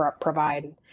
provide